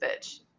bitch